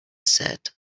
said